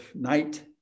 night